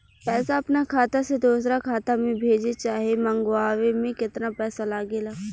पैसा अपना खाता से दोसरा खाता मे भेजे चाहे मंगवावे में केतना पैसा लागेला?